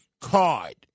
card